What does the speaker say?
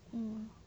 嗯